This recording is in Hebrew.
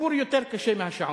הסיפור יותר קשה מהשעון.